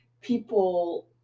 people